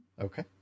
Okay